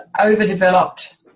overdeveloped